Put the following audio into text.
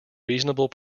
reasonable